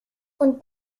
und